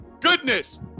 goodness